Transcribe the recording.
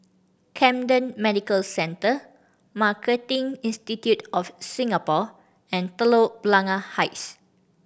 Camden Medical Centre Marketing Institute of Singapore and Telok Blangah Heights